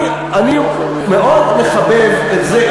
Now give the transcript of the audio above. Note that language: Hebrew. אני מאוד מחבב את זה,